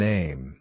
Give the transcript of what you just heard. Name